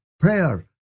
prayer